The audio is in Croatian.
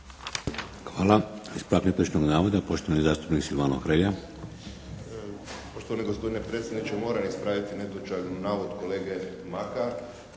Hvala. Ispravak netočnog navoda, poštovani zastupnik Silvano Hrelja.